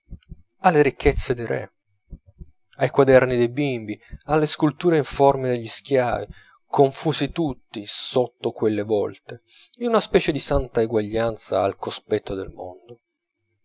alle ricchezze dei re ai quaderni dei bimbi alle sculture informi degli schiavi confusi tutti sotto quelle vlte in una specie di santa eguaglianza al cospetto del mondo